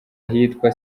ahitwa